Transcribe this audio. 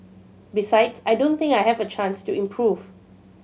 besides I don't think I have a chance to improve